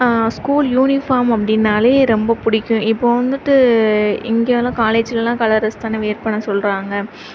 school uniform அப்படின்னாலே ரொம்ப பிடிக்கும் இப்போது வந்துவிட்டு இங்கேலாம் காலேஜ்லேலாம் கலர் டிரெஸ் தானே வியர் பண்ண சொல்கிறாங்க